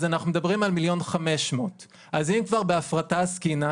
אז אנחנו מדברים על 1,500,000. אז אם כבר בהפרטה עסקינן,